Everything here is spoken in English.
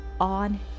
on